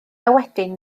wedyn